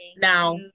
Now